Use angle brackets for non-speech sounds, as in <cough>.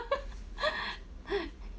<laughs> <breath>